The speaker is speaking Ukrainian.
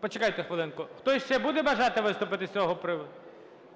Почекайте хвилинку. Хтось ще буде бажати виступити з цього приводу?